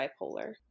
bipolar